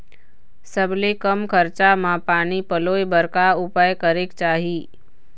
सबले कम खरचा मा पानी पलोए बर का उपाय करेक चाही?